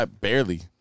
Barely